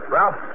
Ralph